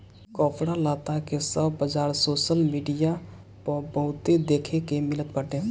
कपड़ा लत्ता के सब बाजार सोशल मीडिया पअ बहुते देखे के मिलत बाटे